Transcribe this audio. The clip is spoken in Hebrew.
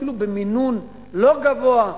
אפילו במינון לא גבוה,